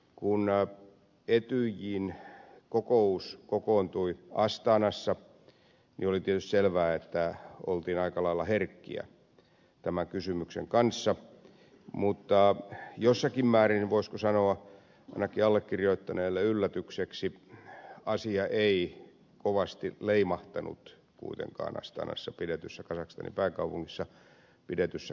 kun etyjin kokous kokoontui astanassa niin oli tietysti selvää että oltiin aika lailla herkkiä tämän kysymyksen kanssa mutta jossakin määrin voisiko sanoa ainakin allekirjoittaneelle yllätykseksi asia ei kovasti leimahtanut kuitenkaan astanassa kazakstanin pääkaupungissa pidetyssä kokouksessa